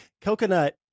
Coconut